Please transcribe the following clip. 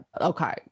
okay